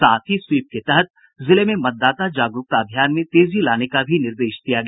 साथ ही स्वीप के तहत जिले में मतदाता जागरूकता अभियान में तेजी लाने का भी निर्देश दिया गया